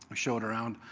i show it around.